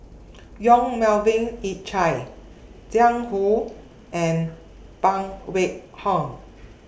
Yong Melvin Yik Chye Jiang Hu and Phan Wait Hong